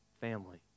family